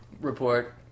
report